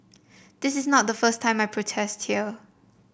this is not the first time I protest here